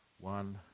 one